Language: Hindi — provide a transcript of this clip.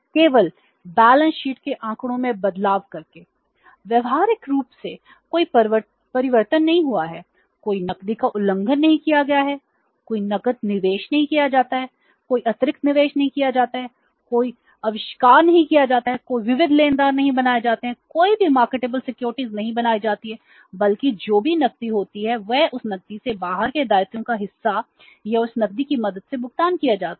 उन्होंने अपनी लिक्विडिटी नहीं बनाई जाती हैं बल्कि जो भी नकदी होती है वह उस नकदी से बाहर के दायित्वों का हिस्सा या उस नकदी की मदद से भुगतान किया जाता है